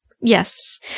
Yes